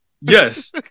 Yes